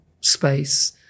space